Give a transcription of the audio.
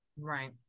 Right